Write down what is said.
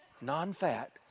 non-fat